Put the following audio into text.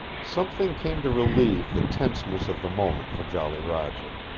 something came to relieve the tenseness of the moment for jolly roger.